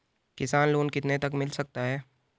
किसान लोंन कितने तक मिल सकता है?